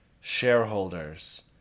shareholders